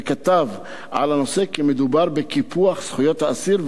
וכתב על הנושא כי מדובר בקיפוח זכויות האסיר,